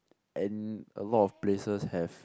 and a lot of places have